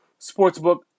sportsbook